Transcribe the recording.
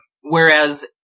Whereas